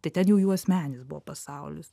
tai ten jau jų asmeninis buvo pasaulis